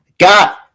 got